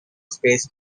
space